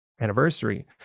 anniversary